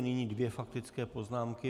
Nyní dvě faktické poznámky.